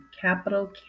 capital